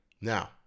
Now